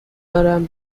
دارم